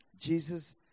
Jesus